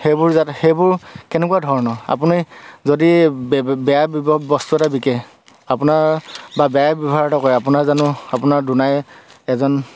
সেইবোৰ যাতে সেইবোৰ কেনেকুৱা ধৰণৰ আপুনি যদি বেয়া ব্যৱহাৰ বস্তু এটা বিকে আপোনাৰ বা বেয়াই ব্যৱহাৰ এটা কৰে আপোনাৰ জানো আপোনাৰ দুনাই এজন